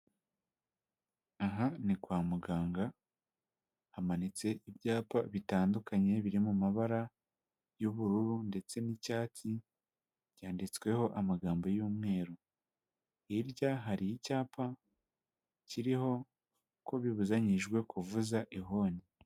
Aha ni kwa muganga hamanitse ibyapa bitandukanye biri mu mabara y'ubururu ndetse n'icyatsi byanditsweho amagambo y'umweru hirya hari icyapa kiriho ko bibuzanyijwe kuvuza ihoni.